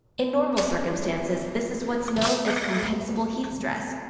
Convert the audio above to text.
in normal circumstances, this is what's known as compensable heat stress.